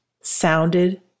sounded